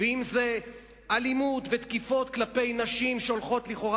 ואם אלימות ותקיפות כלפי נשים שהולכות לכאורה